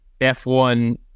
F1